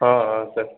ஆ ஆ சார்